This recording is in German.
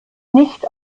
nicht